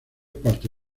parte